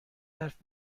حرف